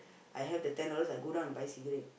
I have the ten dollars I go down and buy cigarette